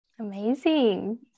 Amazing